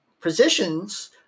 positions